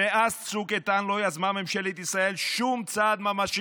מאז צוק איתן לא יזמה ממשלת ישראל שום צעד ממשי